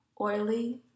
oily